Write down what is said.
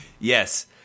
Yes